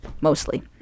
mostly